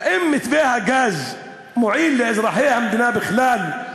האם מתווה הגז מועיל לאזרחי המדינה בכלל,